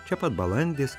čia pat balandis